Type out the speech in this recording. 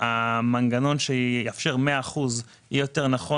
המנגנון שיאפשר מאה אחוזים יהיה יותר נכון